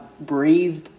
breathed